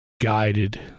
guided